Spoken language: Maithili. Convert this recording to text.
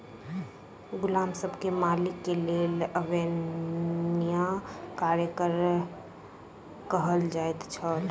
गुलाम सब के मालिक के लेल अवेत्निया कार्यक कर कहल जाइ छल